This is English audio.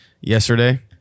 yesterday